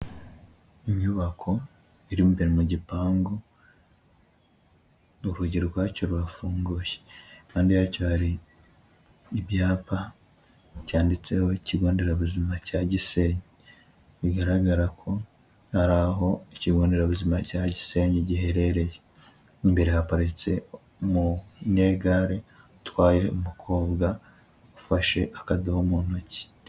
Inyubako iri mo imbere mu gipangu, urugi rwacyo rurafunguye impande yacyo hari ibyapa cyanditseho ikigo nderabuzima cya Gisenyi, bigaragara ko hari aho ikigo nderabuzima cya Gisenyi giherereye, imbere haparitse umunyegare utwaye umukobwa ufashe akadobo mu ntoki.